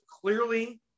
clearly